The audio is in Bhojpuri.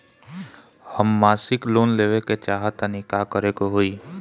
हम मासिक लोन लेवे के चाह तानि का करे के होई?